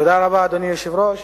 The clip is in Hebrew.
אדוני היושב-ראש,